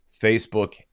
Facebook